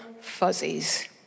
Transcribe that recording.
fuzzies